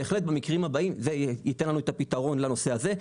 בהחלט במקרים הבאים זה ייתן לנו את הפתרון לנושא הזה.